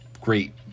great